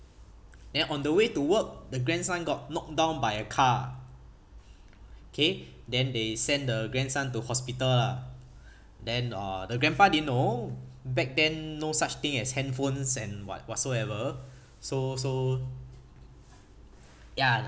then on the way to work the grandson got knocked down by a car okay then they send the grandson to hospital lah then uh the grandpa didn't know back then no such thing as handphones and what whatsoever so so ya